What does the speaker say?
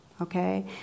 Okay